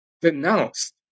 denounced